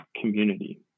community